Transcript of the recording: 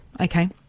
Okay